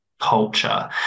culture